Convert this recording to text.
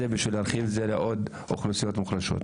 ולהרחיב את זה לעוד אוכלוסיות מוחלשות.